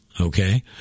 okay